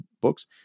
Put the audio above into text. books